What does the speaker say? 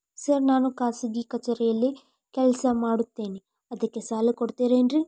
Sir ನಾನು ಖಾಸಗಿ ಕಚೇರಿಯಲ್ಲಿ ಕೆಲಸ ಮಾಡುತ್ತೇನೆ ಅದಕ್ಕೆ ಸಾಲ ಕೊಡ್ತೇರೇನ್ರಿ?